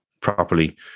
properly